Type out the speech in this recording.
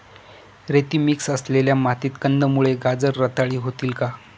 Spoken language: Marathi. रेती मिक्स असलेल्या मातीत कंदमुळे, गाजर रताळी होतील का?